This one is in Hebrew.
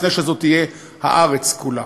לפני שזאת תהיה הארץ כולה.